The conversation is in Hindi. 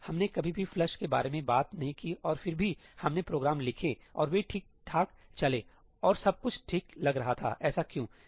हमने कभी भी फ्लश 'flush' के बारे में बात नहीं की और फिर भी हमने प्रोग्राम लिखे और वे ठीक ठाक चले और सब कुछ ठीक लग रहा था ऐसा क्यों है